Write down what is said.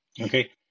okay